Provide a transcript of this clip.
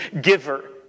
giver